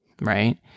Right